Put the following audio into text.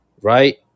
right